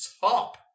top